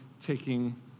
taking